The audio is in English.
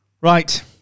Right